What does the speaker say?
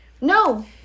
No